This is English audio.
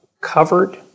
covered